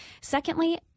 Secondly